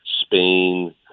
Spain